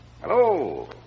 Hello